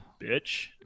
bitch